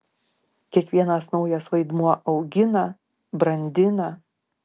kiekvienas naujas vaidmuo augina brandina